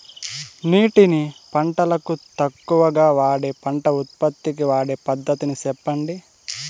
నీటిని పంటలకు తక్కువగా వాడే పంట ఉత్పత్తికి వాడే పద్ధతిని సెప్పండి?